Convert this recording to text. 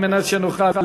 כדי שנוכל,